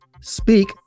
Speak